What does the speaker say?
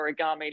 origami